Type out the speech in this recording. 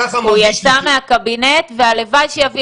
ככה מרגיש לי --- הוא יצא מהקבינט והלוואי שיביא